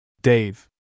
Dave